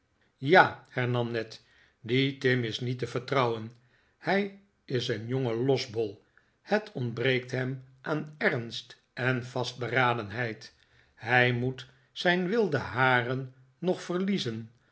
ja hernam ned die tim is niet te vertrouwen hij is een jonge losbol het ontbreekt hem aan ernst en vastberadenheid hij moet zijn wilde haren nog verliezen